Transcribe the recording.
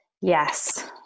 Yes